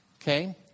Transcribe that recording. okay